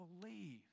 believe